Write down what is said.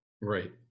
Right